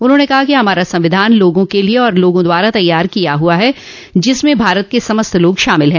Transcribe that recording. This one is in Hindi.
उन्होंने कहा कि हमारा संविधान लोगों के लिए और लोगों द्वारा तैयार किया हुआ है जिसमें भारत के समस्त लोग शामिल हैं